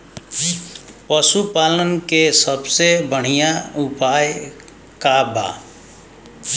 पशु पालन के सबसे बढ़ियां उपाय का बा?